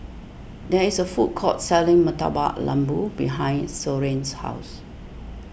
there is a food court selling Murtabak Lembu behind Soren's house